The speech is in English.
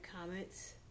comments